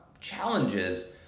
challenges